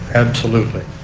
absolutely.